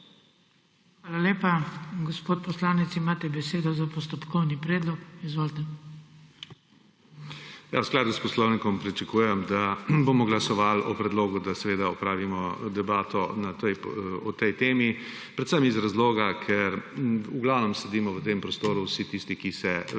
Hvala lepa. Gospod poslanec, imate besedo za postopkovni predlog. Izvolite. **JANI (JANKO) MÖDERNDORFER (PS LMŠ):** V skladu s Poslovnikom pričakujem, da bomo glasovali o predlogu, da seveda opravimo debato o tej temi, predvsem iz razloga, ker v glavnem sedimo v tem prostoru vsi tisti, ki se več